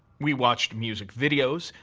we watched music videos,